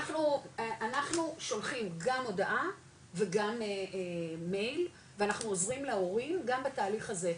אנחנו שולחים גם הודעה וגם מייל ואנחנו עוזרים להורים גם בתהליך הזה,